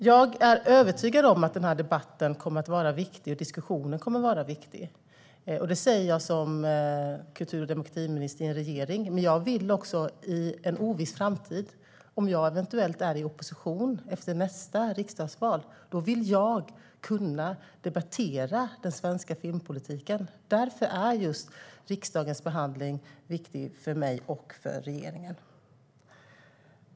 Jag är övertygad om att den här debatten och diskussionen kommer att vara viktig. Det säger jag som kultur och demokratiminister i en regering. Men om jag i en oviss framtid eventuellt är i opposition efter nästa riksdagsval vill jag också kunna debattera den svenska filmpolitiken. Därför är riksdagens behandling viktig för mig och för regeringen.